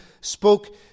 spoke